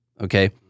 okay